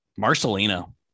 Marcelino